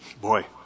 Boy